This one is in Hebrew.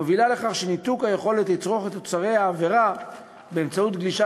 מובילה לכך שניתוק היכולת לצרוך את תוצרי העבירה באמצעות גלישה